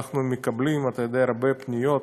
אנחנו מקבלים הרבה פניות,